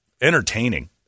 entertaining